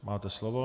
Máte slovo.